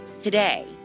today